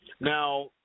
Now